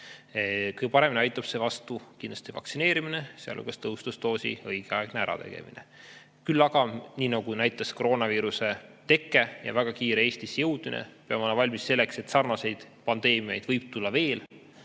Kõige paremini aitab selle vastu vaktsineerimine, sealhulgas tõhustusdoosi õigeaegne tegemine. Küll aga, nii nagu näitas koroonaviiruse teke ja väga kiire Eestisse jõudmine, peame olema valmis selleks, et sarnaseid pandeemiaid võib tulla veel,